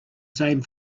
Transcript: same